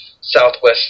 Southwest